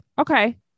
Okay